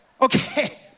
Okay